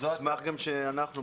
נשמח שאנחנו,